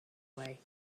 way